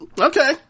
okay